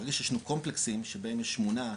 ברגע שיש לנו קומפלקסים שבהם יש שמונה,